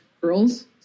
girls